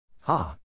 Ha